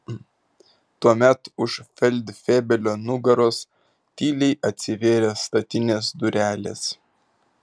tuomet už feldfebelio nugaros tyliai atsivėrė statinės durelės